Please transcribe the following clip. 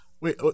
Wait